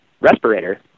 respirator